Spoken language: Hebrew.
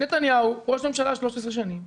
נתניהו, ראש הממשלה 13 שנים,